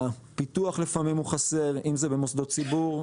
הפיתוח לפעמים הוא חסר אם זה במוסדות ציבור,